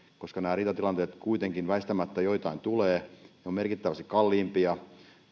tulee näitä riitatilanteita kuitenkin väistämättä joitain tulee ne ovat merkittävästi kalliimpia